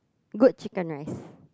good chicken rice